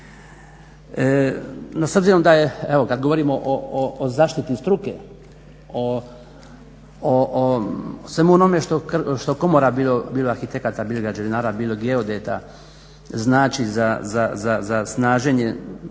s obzirom da je, evo kad govorimo o zaštiti struke, o svemu onome što komora bilo arhitekata, bilo građevinara, bilo geodeta znači za snaženje